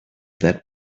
that